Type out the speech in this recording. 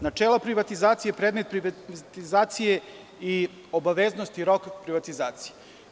Načelo privatizacije, predmet privatizacije, obaveznost i rok privatizacije.